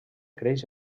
creix